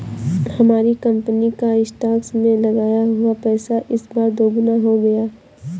हमारी कंपनी का स्टॉक्स में लगाया हुआ पैसा इस बार दोगुना हो गया